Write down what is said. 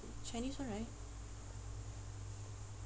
chinese [one] right